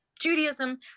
judaism